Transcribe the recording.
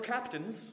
captains